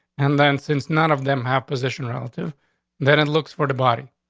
and then, since none of them have position relative that it looks for the body.